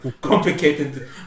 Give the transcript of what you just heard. complicated